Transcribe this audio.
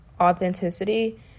authenticity